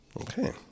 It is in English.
Okay